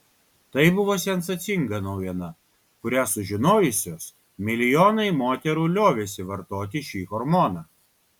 tai buvo sensacinga naujiena kurią sužinojusios milijonai moterų liovėsi vartoti šį hormoną